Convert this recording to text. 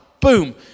Boom